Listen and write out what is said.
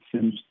seems